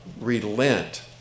relent